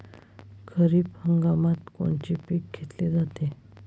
खरिप हंगामात कोनचे पिकं घेतले जाते?